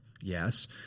Yes